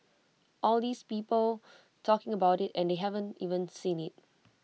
all these people talking about IT and they haven't even seen IT